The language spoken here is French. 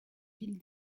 ville